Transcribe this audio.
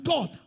God